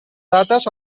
dates